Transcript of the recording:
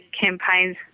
campaigns